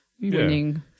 winning